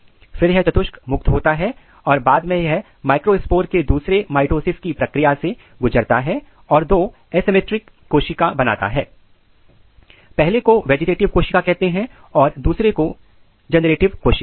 फिर यह चतुस्क मुक्त होता है और बाद में यह माइक्रोस्पोर दूसरे माइटोसिस की प्रक्रिया से गुजरता है और दो एसिमिट्रिक कोशिका बनाता है 1 को वेजिटेटिव कोशिका कहते हैं और दूसरे को जेनरेटिव कोशिकाएं